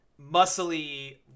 muscly